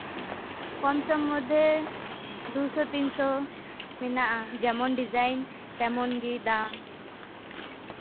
ᱠᱚᱢ ᱥᱚᱢ ᱢᱚᱫᱽᱫᱷᱮ ᱫᱩ ᱥᱚ ᱛᱤᱱ ᱥᱚ ᱢᱮᱱᱟᱜᱼᱟ ᱡᱮᱢᱚᱱ ᱰᱤᱡᱟᱭᱤᱱ ᱛᱮᱢᱚᱱ ᱜᱮ ᱫᱟᱢ